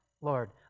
Lord